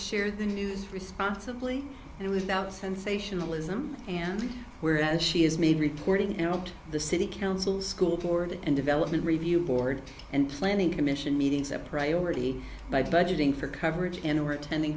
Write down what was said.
share the news responsibly and without sensationalism and where as she is made reporting and the city council school board and development review board and planning commission meetings that priority by budgeting for coverage and or attending